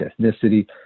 ethnicity